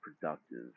productive